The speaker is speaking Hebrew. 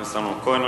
חבר הכנסת אמנון כהן,